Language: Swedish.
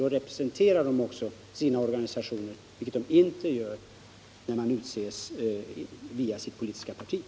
Då representerar de nämligen sina organisationer, vilket de inte gör om de utses via sina politiska partier.